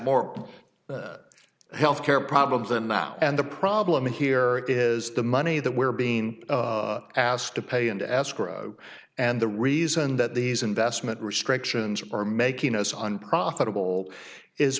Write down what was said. more health care problems than now and the problem here is the money that we're being asked to pay into escrow and the reason that these investment restrictions are making us unprofitable is